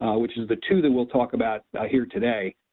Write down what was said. which is the two that we'll talk about i here today.